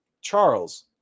Charles